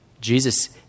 Jesus